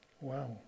Wow